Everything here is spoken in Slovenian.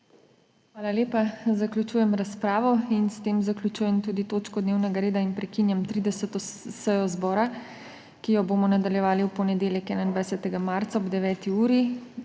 Hvala lepa. Zaključujem razpravo. S tem zaključujem tudi točko dnevnega reda in prekinjam 30. sejo zbora, ki jo bomo nadaljevali v ponedeljek, 21. marca, ob 9. uri.